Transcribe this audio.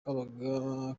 kabaga